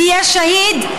תהיה שהיד?